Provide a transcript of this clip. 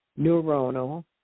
neuronal